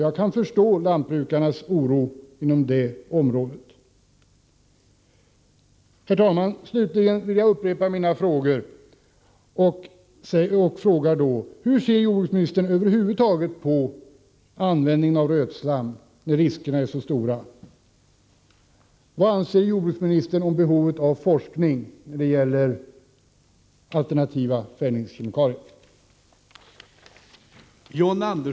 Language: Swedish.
Jag kan förstå lantbrukarnas oro på detta område. Herr talman! Slutligen vill jag upprepa mina frågor: Hur ser jordbruksministern över huvud taget på användningen av rötslam när riskerna är så stora? Vad anser jordbruksministern om behovet av forskning när det gäller alternativa fällningskemikalier?